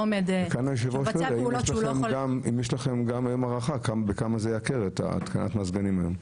יכול --- האם יש לכם הערכה בכמה זה ייקר את התקנת המזגנים היום?